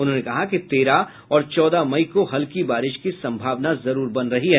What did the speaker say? उन्होंने कहा कि तेरह और चौदह मई को हल्की बारिश की संभावना है